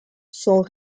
sont